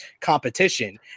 competition